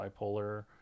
bipolar